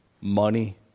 money